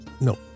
no